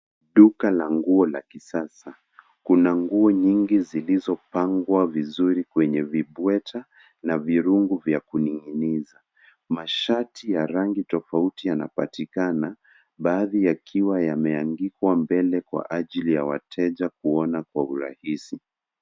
Duka la nguo la kisasa, kuna nguo nyingi zilizopangwa vizuri kwenye vibweta na virungu vya kuning'iniza. Mashati ya rangi tofauti yanapatikana , baadhi yakiwa yameangikwa mbele kwa ajili ya wateja kuona kwa urahisi.